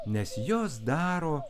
nes jos daro